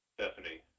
Stephanie